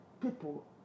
people